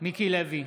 מיקי לוי,